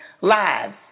lives